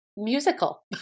musical